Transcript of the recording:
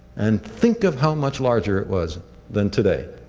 and think of how much larger it was than today.